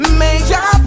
major